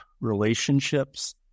relationships